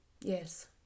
Yes